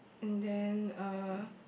and then uh